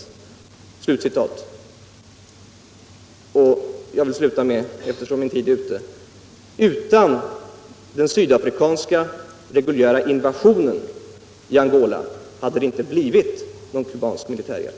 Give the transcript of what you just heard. Eftersom min tid är ute vill jag sluta med att säga, att utan den sydafrikanska reguljära invasionen i Angola hade det inte blivit någon kubansk militär hjälp.